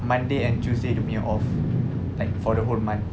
monday and tuesday dia punya off like for the whole month